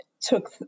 took